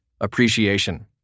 appreciation